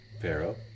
Pharaoh